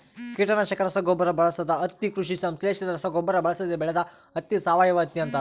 ಕೀಟನಾಶಕ ರಸಗೊಬ್ಬರ ಬಳಸದ ಹತ್ತಿ ಕೃಷಿ ಸಂಶ್ಲೇಷಿತ ರಸಗೊಬ್ಬರ ಬಳಸದೆ ಬೆಳೆದ ಹತ್ತಿ ಸಾವಯವಹತ್ತಿ ಅಂತಾರ